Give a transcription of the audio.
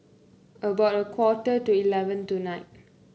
about a quarter to eleven tonight